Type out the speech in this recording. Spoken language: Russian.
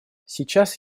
сейчас